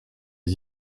des